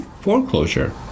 foreclosure